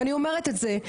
ואני אומרת את זה,